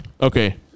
Okay